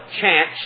chance